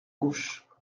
gauche